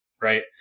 right